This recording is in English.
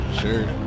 Sure